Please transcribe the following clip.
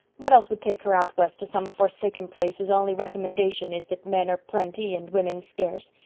what else would take her out west to some forsaken place whose only recommendation is that men are plenty and women scarce?